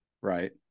right